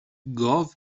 گاو